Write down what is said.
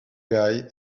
guide